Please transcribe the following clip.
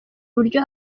uburyo